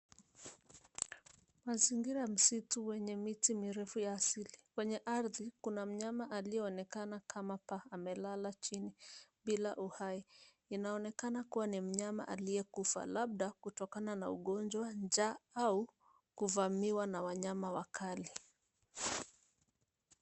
Mazingira ya msitu wenye miti mirefu ya asili. Kwenye ardhi kuna mnyama aliyeonekana kama paa amelala chini bila uhai. Inaonekana kua ni mnyama aliye kufa labda kutokana na ugonjwa, njaa au kuvamiwa na wanyama wakali.